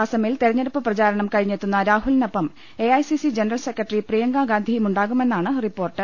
അസമിൽ തെരഞ്ഞെടുപ്പ് പ്രചാരണം കഴി ഞ്ഞെത്തുന്ന രാഹുലിനൊപ്പം എഐസിസി ജനറൽ സെക്രട്ടറി പ്രിയ ങ്കഗാന്ധിയും ഉണ്ടാകുമെന്നാണ് റിപ്പോർട്ട്